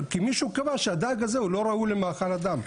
כי מישהו קבע שהדג הזה הוא לא ראוי למאכל אדם.